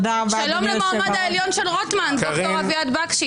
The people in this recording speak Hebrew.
שלום למועמד העליון של רוטמן, ד"ר אביעד בקשי.